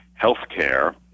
healthcare